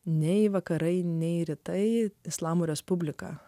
nei vakarai nei rytai islamo respubliką